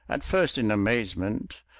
at first in amazement,